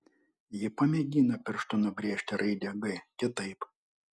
ji pamėgina pirštu nubrėžti raidę g kitaip